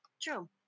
True